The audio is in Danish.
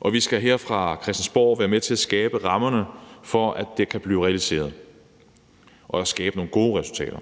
og vi skal her fra Christiansborg være med til at skabe rammerne for, at det kan blive realiseret, og skabe nogle gode resultater.